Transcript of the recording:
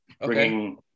bringing